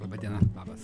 laba diena labas